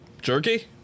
Jerky